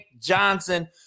Johnson